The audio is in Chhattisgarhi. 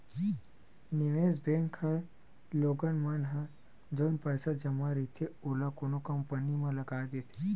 निवेस बेंक ह लोगन मन ह जउन पइसा जमा रहिथे ओला कोनो कंपनी म लगा देथे